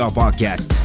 podcast